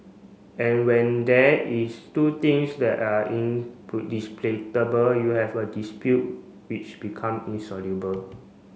and when there is two things that are you have a dispute which become insoluble